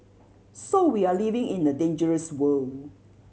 so we are living in a dangerous world